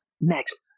next